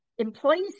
Employees